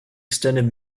extended